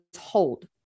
hold